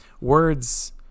words